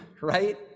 right